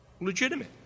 legitimate